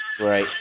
Right